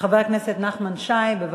חבר הכנסת נחמן שי, בבקשה.